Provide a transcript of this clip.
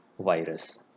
virus